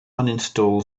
uninstall